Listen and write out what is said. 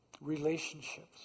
relationships